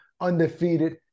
undefeated